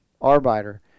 arbiter